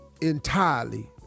entirely